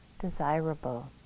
desirable